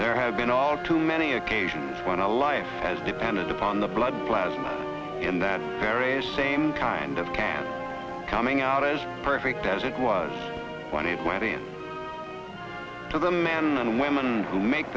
there have been all too many occasions when a life has depended upon the blood plasma in that very same kind of can coming out as perfect as it was when it went in to the men and women who make